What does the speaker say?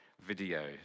video